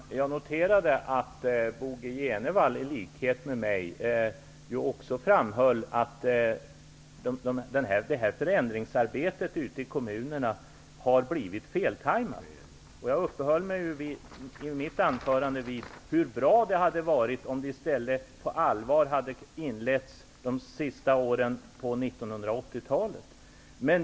Herr talman! Jag noterade att Bo G Jenevall i likhet med mig framhöll att förändringsarbetet ute i kommunerna har blivit feltajmat. Jag uppehöll mig i mitt anförande vid hur bra det hade varit om arbetet i stället på allvar hade inletts under de sista åren på 1980-talet.